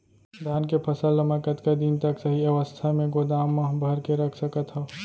धान के फसल ला मै कतका दिन तक सही अवस्था में गोदाम मा भर के रख सकत हव?